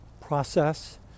process